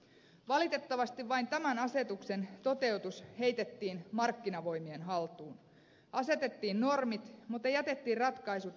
valitettavasti vain tämän asetuksen toteutus heitettiin markkinavoimien haltuun asetettiin normit mutta jätettiin ratkaisut kaupallisuuden varaan